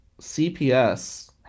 CPS